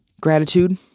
gratitude